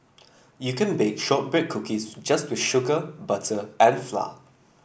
you could bake shortbread cookies just with sugar butter and flour